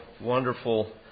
wonderful